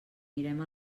mirem